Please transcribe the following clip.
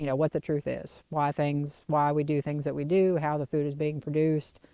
you know what the truth is, why things why we do things that we do, how the food is being produced,